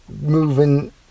moving